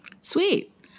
Sweet